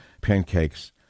pancakes